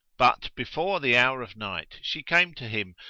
but before the hour of night she came to him,